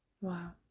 Wow